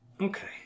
Okay